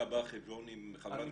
אתה בא חשבון עם חברת כנסת?